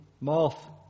moth